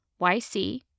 YC